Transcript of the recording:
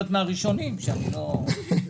בסדר?